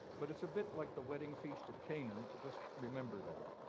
but it's a bit like the wedding feast at canaan just remember that.